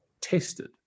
tested